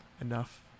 Enough